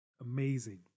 amazing